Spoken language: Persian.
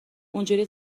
اونجوری